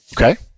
Okay